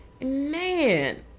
Man